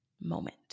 moment